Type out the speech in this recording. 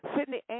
Sydney